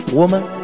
woman